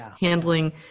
handling